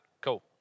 Cool